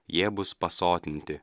jie bus pasotinti